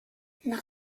nach